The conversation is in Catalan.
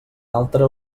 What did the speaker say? altre